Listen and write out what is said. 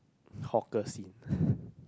hawker scene